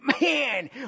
man